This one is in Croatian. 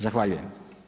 Zahvaljujem.